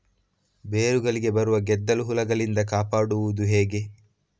ಬೇರುಗಳಿಗೆ ಬರುವ ಗೆದ್ದಲು ಹುಳಗಳಿಂದ ಕಾಪಾಡುವುದು ಹೇಗೆ?